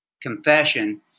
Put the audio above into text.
confession